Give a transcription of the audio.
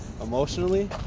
emotionally